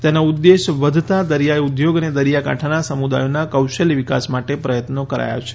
તેનો ઉદ્દેશ્ય વધતા દરિયાઇ ઉદ્યોગ અને દરિયાકાંઠાના સમુદાયોના કૌશલય વિકાસ માટે પ્રયત્નો કરાયા છે